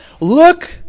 Look